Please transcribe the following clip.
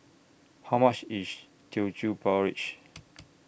How much IS Teochew Porridge